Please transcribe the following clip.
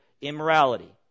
Immorality